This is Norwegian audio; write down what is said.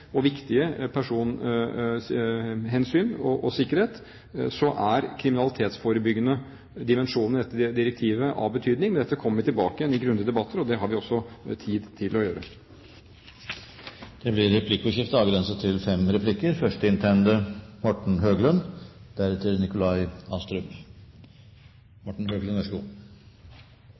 og viktige personhensyn og sikkerhet, er kriminalitetsforebyggende dimensjoner etter direktivet av betydning. Men dette kommer vi tilbake til i grundige debatter, og det har vi også tid til å gjøre. Det blir replikkordskifte.